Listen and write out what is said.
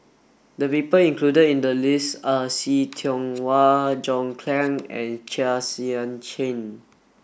the people included in the list are See Tiong Wah John Clang and Chua Sian Chin